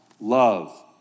Love